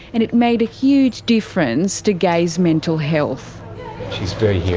and it made a huge difference to gaye's mental health. she's very hearing